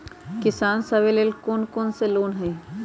किसान सवे लेल कौन कौन से लोने हई?